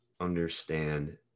understand